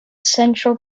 central